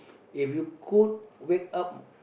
if you could wake up